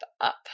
up